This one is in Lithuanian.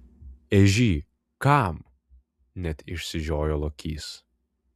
ežy kam net išsižiojo lokys